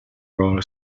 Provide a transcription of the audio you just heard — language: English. royal